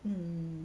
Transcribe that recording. mm